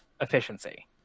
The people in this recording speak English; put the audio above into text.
efficiency